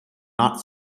not